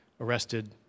arrested